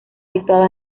situado